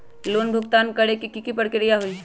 Loan भुगतान करे के की की प्रक्रिया होई?